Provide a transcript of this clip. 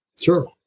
sure